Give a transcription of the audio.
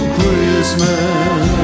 Christmas